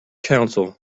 counsel